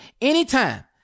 anytime